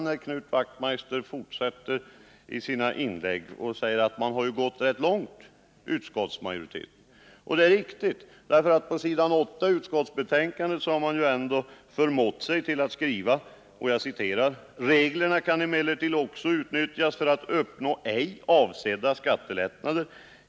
Knut Wachtmeister säger att utskottsmajoriteten har gått långt, och det är riktigt. På s. 8 i utskottsbetänkandet har man ändå förmått sig till att skriva: ”Reglerna kan emellertid också utnyttjas för att uppnå ej avsedda skattelättnader.